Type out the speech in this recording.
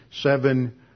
seven